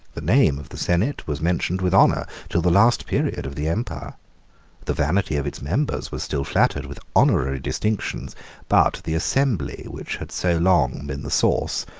the name of the senate was mentioned with honor till the last period of the empire the vanity of its members was still flattered with honorary distinctions but the assembly which had so long been the source,